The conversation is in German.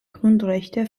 grundrechte